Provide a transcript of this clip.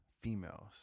females